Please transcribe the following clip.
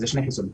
שניים.